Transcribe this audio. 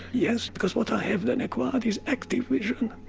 yes, because what i have then acquired is active vision,